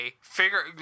Figure